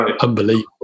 Unbelievable